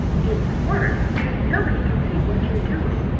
it's worse, because nobody can see what you're doing.